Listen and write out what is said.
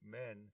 men